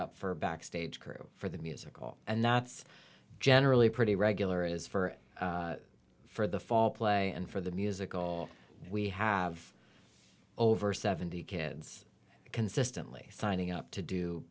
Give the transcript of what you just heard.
up for a backstage crew for the musical and that's generally pretty regular is for for the fall play and for the musical we have over seventy kids consistently signing up to do